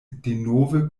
denove